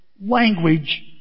language